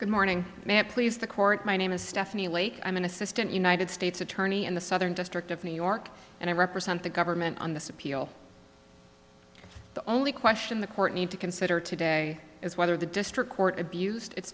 good morning ma'am please the court my name is stephanie lake i'm an assistant united states attorney in the southern district of new york and i represent the government on this appeal the only question the court need to consider today is whether the district court abused it